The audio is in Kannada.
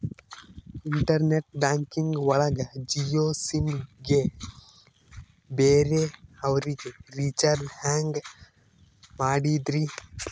ಇಂಟರ್ನೆಟ್ ಬ್ಯಾಂಕಿಂಗ್ ಒಳಗ ಜಿಯೋ ಸಿಮ್ ಗೆ ಬೇರೆ ಅವರಿಗೆ ರೀಚಾರ್ಜ್ ಹೆಂಗ್ ಮಾಡಿದ್ರಿ?